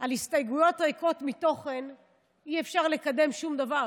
על הסתייגויות ריקות מתוכן אי-אפשר לקדם שום דבר.